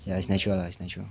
ya it's natural lah it's natural